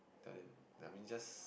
tell them I mean just